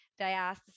diastasis